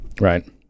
right